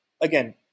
Again